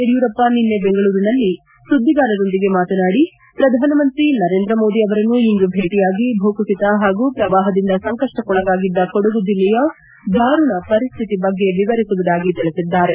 ಯಡಿಯೂರಪ್ಪ ನಿನ್ನೆ ಬೆಂಗಳೂರಿನಲ್ಲಿ ಸುದ್ದಿಗಾರರೊಂದಿಗೆ ಮಾತನಾಡಿ ಪ್ರಧಾನಮಂತ್ರಿ ನರೇಂದ್ರಮೋದಿ ಅವರನ್ನು ಇಂದು ಭೇಟಿಯಾಗಿ ಭೂ ಕುಸಿತ ಹಾಗೂ ಪ್ರವಾಹದಿಂದ ಸಂಕಪ್ಪಕೊಳಗಾಗಿದ್ದ ಕೊಡಗು ಜಿಲ್ಲೆಯ ದಾರುಣ ಪರಿಸ್ಟಿತಿ ಬಗ್ಗೆ ವಿವರಿಸುವುದಾಗಿ ತಿಳಿಸಿದ್ದಾರೆ